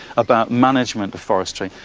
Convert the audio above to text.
about management of forestry.